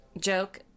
joke